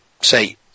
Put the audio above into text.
say